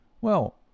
Well